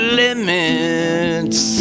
limits